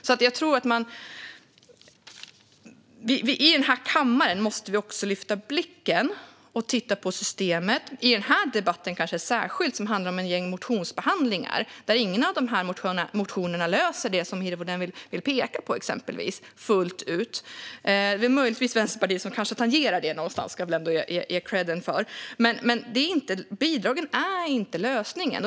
I denna kammare måste vi också lyfta blicken och titta på systemet, kanske särskilt i den här debatten, som handlar om behandling av ett gäng motioner. Ingen av dessa motioner löser fullt ut det som Hirvonen pekar på. Vänsterpartiet tangerar det möjligtvis någonstans - det ska jag ändå ge dem kredd för. Bidragen är inte lösningen.